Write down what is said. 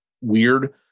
weird